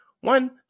one